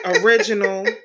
original